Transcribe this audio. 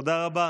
תודה רבה.